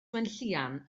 gwenllian